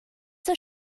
zur